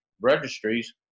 registries